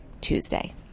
tuesday